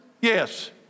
Yes